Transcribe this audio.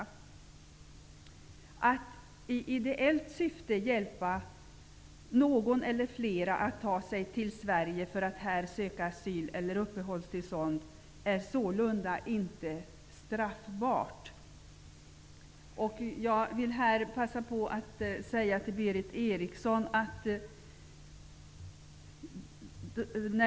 Att i ideellt syfte hjälpa någon eller några att ta sig till Sverige för att här söka asyl eller uppehållstillstånd är sålunda inte straffbart. Jag vill passa på att vända mig till Berith Eriksson.